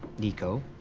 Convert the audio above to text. nico.